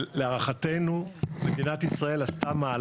ולהערכתנו, מדינת ישראל עשתה דבר